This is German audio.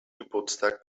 geburtstag